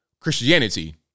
Christianity